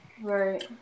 Right